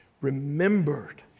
remembered